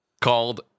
called